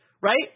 right